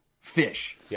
fish